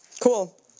Cool